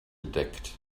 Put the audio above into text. gedeckt